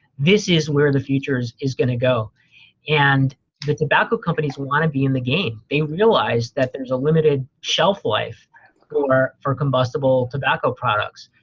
this is where the future is gonna go and the tobacco companies wanna be in the game. they realize that there's a limited shelf life for for combustible tobacco products,